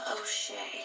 O'Shea